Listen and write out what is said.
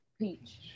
Peach